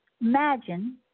Imagine